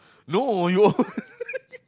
no